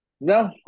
No